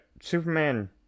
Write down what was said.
Superman